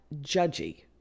judgy